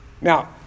Now